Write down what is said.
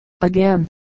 again